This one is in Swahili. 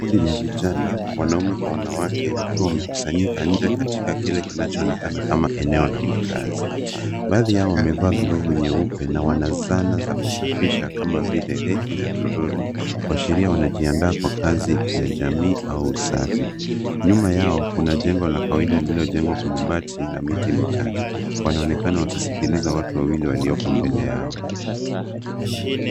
Kundi la vijana wanaume kwa wanawake wakiwa wamekusanyika nje katika kile kinachoonekana kama eneo la makazi. Baadhi yao wamevaa glovu nyeupe na wana zana za kusafisha kama vile reki na toroli kuashiria wanajiandaa kwa kazi ya jamii au usafi. Nyuma yao kuna jengo la kawaida lililojengwa kwa mabati na miti michache. Wanaonekana wakisikiliza watu wawili waliopo mbele yao.